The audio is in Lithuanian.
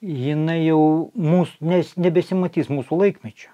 jinai jau mūs nes nebesimatys mūsų laikmečio